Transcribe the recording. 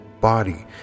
body